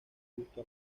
justo